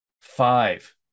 Five